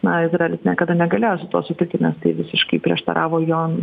na izraelis niekada negalėjo sutikti nes tai visiškai prieštaravo jo